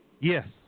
Yes